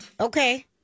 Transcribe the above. Okay